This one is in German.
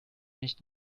nicht